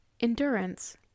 Endurance